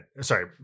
Sorry